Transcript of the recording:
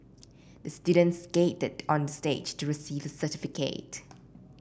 the student skated onto the stage to receive his certificate